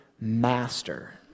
master